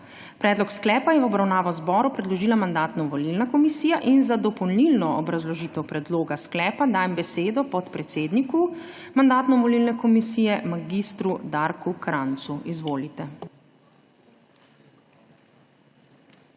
Predlog sklepa je v obravnavo zboru predložila Mandatno-volilna komisija. Za dopolnilno obrazložitev predloga sklepa dajem besedo podpredsedniku Mandatno-volilne komisije mag. Darku Krajncu. Izvolite.